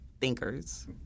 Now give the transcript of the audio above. thinkers